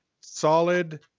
solid